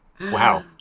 Wow